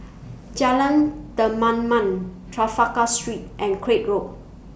Jalan Kemaman Trafalgar Street and Craig Road